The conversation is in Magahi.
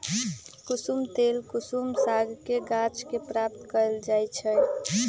कुशुम तेल कुसुम सागके गाछ के प्राप्त कएल जाइ छइ